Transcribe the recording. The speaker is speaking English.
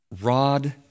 rod